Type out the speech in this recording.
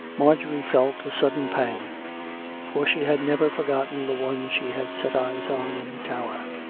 mar j orie felt a sudden pang for she had never forgotten the one she had set eyes on in the tower.